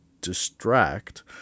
distract